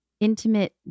intimate